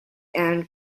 and